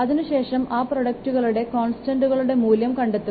അതിനു ശേഷം ആ പ്രോഡക്റ്റ്കളുടെ കോൺസ്സ്റ്റന്റ്കളുടെ മൂല്യം കണ്ടെത്തുക